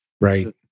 Right